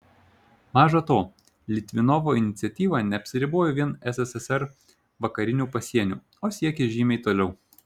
maža to litvinovo iniciatyva neapsiribojo vien sssr vakariniu pasieniu o siekė žymiai toliau